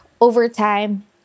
overtime